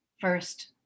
first